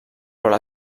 però